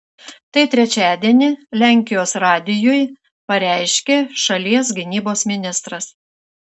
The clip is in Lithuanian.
tai trečiadienį lenkijos radijui pareiškė šalies gynybos ministras